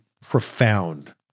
profound